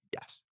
Yes